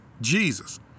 Jesus